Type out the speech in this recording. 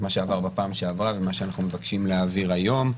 את מה שעבר בפעם שעברה ומה שאנחנו מבקשים להעביר היום.